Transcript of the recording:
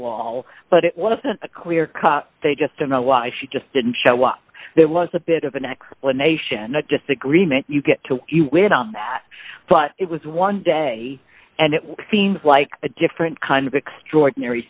wall but it wasn't a clear cut they just don't know why she just didn't show up there was a bit of an explanation a disagreement you get to that but it was one day and it seems like a different kind of extraordinary